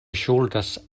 ŝuldas